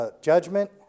judgment